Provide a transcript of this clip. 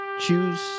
choose